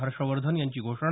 हर्षवर्धन यांची घोषणा